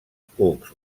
cucs